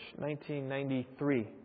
1993